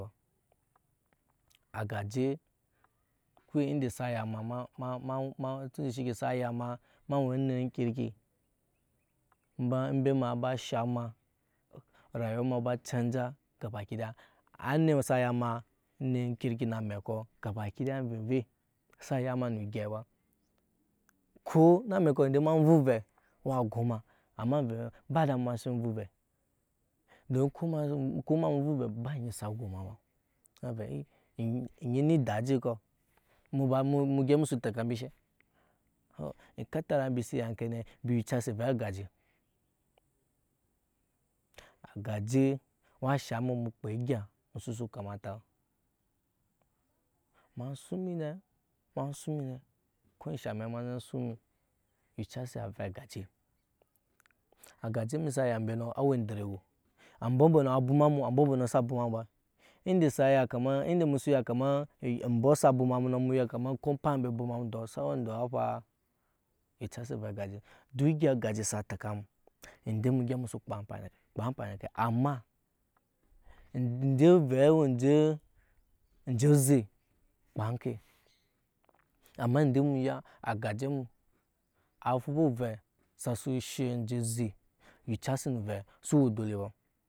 Agaje kwe inde tunde shike sa yama ema we onit kirki embe ma aba shaŋ ema rayuwa ema eba canja gabakidiya anit sa ya ema nit kirki eme amɛkɔ gabakidaya anvevei sa ya ema nu egyei ba ko eme amɛku ende ema vɛ ovɛ awa go ema amma anvevi ba dama ema sin vu ovɛ domin ko ema vu ovɛ ba sa go ema ba avɛ e onyi eni da uji kɔ mu ba emu gyɛp emu su teka embi eshe ekatara embi si ya enke ne mbi yicasi ove agaje ogaje awa haŋ emu emu kpaa egya osusi kamata ema suŋ emi ne ba ema suŋ emi ne ko ensha amɛk ema ze suŋ emi ayicasi avɛ agaje agase emi sa ya embe nɔ awe anderego ambɔ mbɔɔ a bwoma mu ambɔ mbɔnɔ sa abwoma emu ba inde sa kama inde emu su ya kama ambɔɔ sa abwama emu no kama ko emaa a embe bwoma ndɔ sa we ndɔɔ a faa yicasi ovɛ agajje duk eggya agaje sa teka emu ende emu gyɛp amu su kpaa ampani nake kpaa ampani nake amma inde ovɛɛ owe enje eze kpan enke amma ende emu ya agaje emu a fuba ovɛ sasu she enje oze yizasi nu ovɛ suwe dole ba.